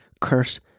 curse